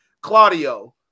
Claudio